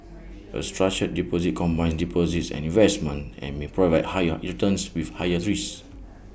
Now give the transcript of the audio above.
A structured deposit combines deposits and investments and may provide higher returns with higher risks